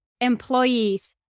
employees